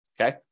okay